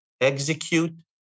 Execute